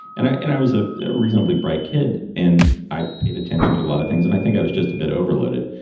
and i and i was a reasonably bright kid, and i paid attention to a lot of things, and i think i was just a bit overloaded.